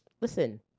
Listen